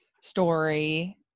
story